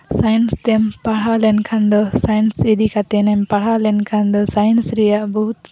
science ᱛᱮᱢ ᱯᱟᱲᱦᱟᱣ ᱞᱮᱱᱠᱷᱟᱱ ᱫᱚ ᱥᱟᱭᱮᱱᱥ ᱤᱫᱤ ᱠᱟᱛᱮᱫ ᱮᱢ ᱯᱟᱲᱦᱟᱣ ᱞᱮᱱᱠᱷᱟᱱ ᱫᱚ ᱥᱟᱭᱮᱱᱥ ᱨᱮᱭᱟᱜ ᱵᱚᱦᱩᱛ